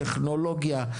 טכנולוגיה,